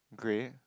grey